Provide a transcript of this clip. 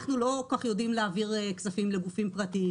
אנחנו לא כל כך יודעים להעביר כספים לגופים פרטיים.